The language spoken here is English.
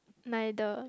neither